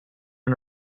and